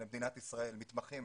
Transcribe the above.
מתמחים.